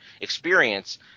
experience